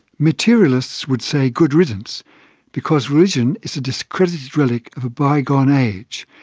materialists would say good riddance because religion is a discredited relic of a bygone age,